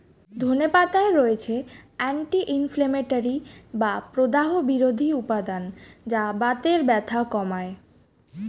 ধনে পাতায় রয়েছে অ্যান্টি ইনফ্লেমেটরি বা প্রদাহ বিরোধী উপাদান যা বাতের ব্যথা কমায়